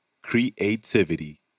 creativity